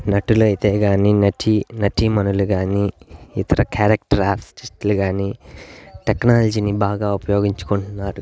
నటులైతే కాని నటీ నటీమణులు కాని ఇతర క్యారెక్టర్ ఆర్టిస్టులు కానీ టెక్నాలజీని బాగా ఉపయోగించుకుంటున్నారు